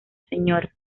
sra